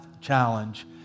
challenge